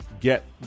get